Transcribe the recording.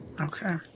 Okay